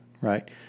right